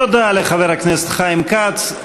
תודה לחבר הכנסת חיים כץ.